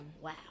Wow